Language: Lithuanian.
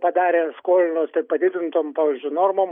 padarė skolino ten padidintom pavyzdžiui normom